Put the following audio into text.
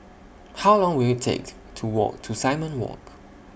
How Long Will IT Take to Walk to Simon Walk